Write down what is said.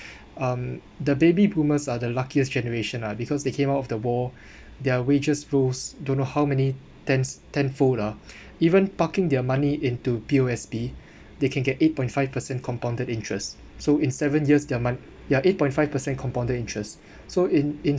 um the baby boomers are the luckiest generation ah because they came out of the war their wages rose don't know how many tens tenfold ah even parking their money into P_O_S_B they can get eight point five percent compounded interest so in seven years their month ya eight point five percent compounded interest so in in